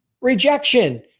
rejection